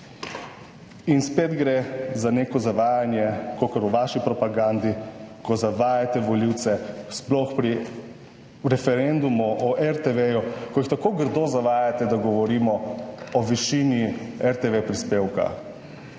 In spet gre za neko zavajanje, kakor v vaši propagandi, ko zavajate volivce. Sploh pri referendumu o RTV, ko jih tako grdo zavajate, da govorimo o višini RTV prispevka.